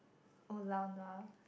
oh lao nua